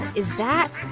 is that